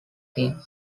team